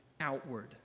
outward